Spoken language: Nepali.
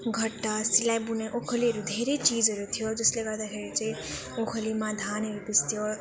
घट्टा सिलाइ बुनाइ ओखलीहरू धेरै चिजहरू थियो जसले गर्दाखेरि चाहिँ ओखलीमा धानहरू पिस्थ्यो